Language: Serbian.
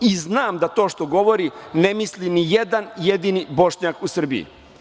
I znam da to što govori ne misli ni jedan jedini Bošnjak u Srbiji.